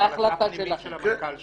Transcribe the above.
זה החלטה פנימית של המנכ"ל שלנו.